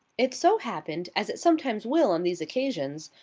it so happened, as it sometimes will on these occasions,